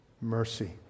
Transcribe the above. mercy